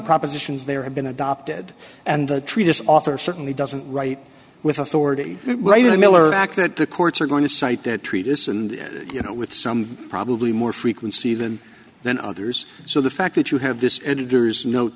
propositions there have been adopted and the treatise author certainly doesn't write with authority right at miller act that the courts are going to cite that treatise and you know with some probably more frequency than than others so the fact that you have this editor's note